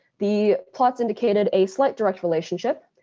the plots indicated a slight direct relationship.